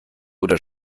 oder